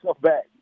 back